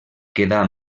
quedà